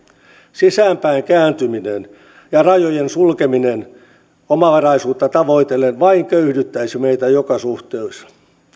sisäänpäin kääntyminen ja rajojen sulkeminen omavaraisuutta tavoitellen vain köyhdyttäisi meitä joka suhteessa